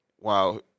wow